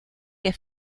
que